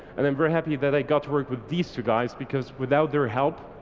and i'm very happy that i got to work with these two guys because without their help,